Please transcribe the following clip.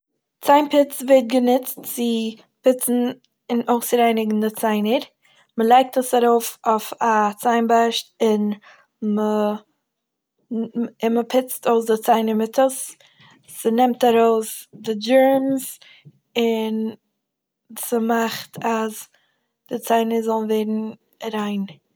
ציין פיץ ווערט גענוצט צו פיצן און אויסרייניגן די ציינער. מ'לייגט עס ארויף אויף א ציין בארשט, און מ'- מ- מ- און מ'פיצט אויס די ציינער מיט עס. ס'נעמט ארויס די דזשערמס, און ס'מאכט אז די ציינער זאלן ווערן ריין.